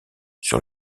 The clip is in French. sur